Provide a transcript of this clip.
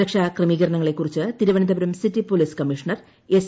സുരക്ഷ ക്രമീകരണങ്ങളെക്കുറിച്ച് Thiruvananthapuram city police commissioner S